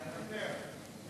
מוותר.